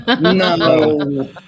no